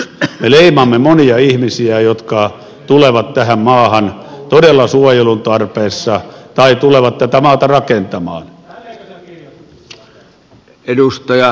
me leimaamme monia ihmisiä jotka tulevat tähän maahan todella suojelun tarpeessa tai tulevat tätä maata rakentamaan